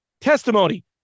Testimony